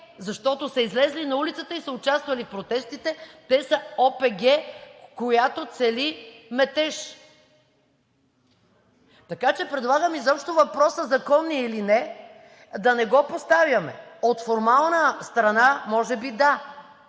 Защото са излезли на улицата и са участвали в протестите, те са ОПГ, която цели метеж! Така че предлагам изобщо въпросът – законни или не, да не го поставяме. От формална страна може би да,